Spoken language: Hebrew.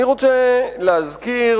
אני רוצה להזכיר,